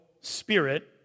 spirit